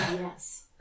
yes